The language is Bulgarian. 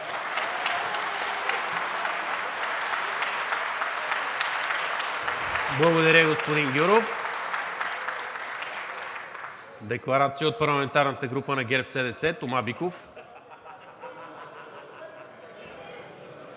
Благодаря Ви, господин Гюров. Декларация от парламентарната група на ГЕРБ-СДС. Тома Биков.